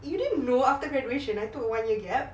you didn't know after graduation I took a one year gap